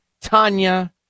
Tanya